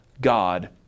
God